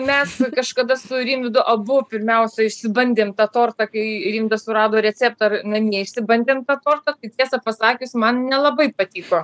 mes kažkada su rimvydu abu pirmiausia išsibandėm tą tortą kai rimvydas surado receptą ir namie išsibandėm tą tortą tiesą pasakius man nelabai patiko